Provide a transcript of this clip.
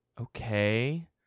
Okay